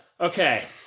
Okay